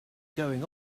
going